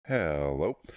Hello